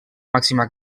màxima